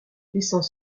laissant